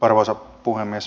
arvoisa puhemies